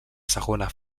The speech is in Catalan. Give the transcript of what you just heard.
segona